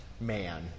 man